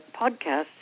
podcasts